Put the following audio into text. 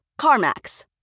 CarMax